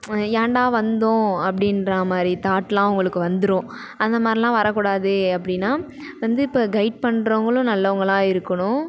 ஏன்டா வந்தோம் அப்படின்றமாரி தாட்லாம் அவங்களுக்கு வந்துடும் அந்தமாதிரிலாம் வரக்கூடாது அப்படின்னா வந்து இப்போ கெய்டு பண்ணுறவங்களும் நல்லவங்களாக இருக்கணும்